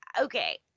Okay